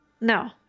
no